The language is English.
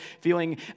feeling